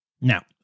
Now